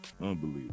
unbelievable